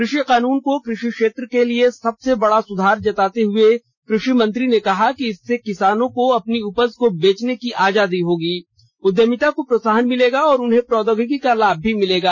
कृषि कानून को कृषि क्षेत्र के लिए सबसे बड़ा सुधार बताते हुए कृषि मंत्री ने कहा कि इससे किसानों को अपनी उपज को बेचने की आजादी होगी उद्यमिता को प्रोत्साहन मिलेगा और उन्हें प्रौद्योगिकी का लाभ मिलेगा